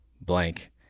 blank